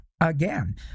again